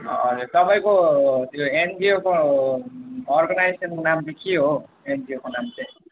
तपाईँको त्यो एनजिओको अर्गनाइजेसनको नाम चाहिँ के हो एजिओको नाम चाहिँ